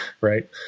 right